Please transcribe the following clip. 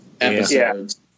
episodes